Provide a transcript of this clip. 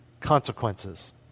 consequences